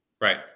Right